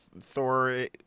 thor